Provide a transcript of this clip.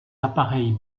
appareils